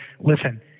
Listen